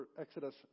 Exodus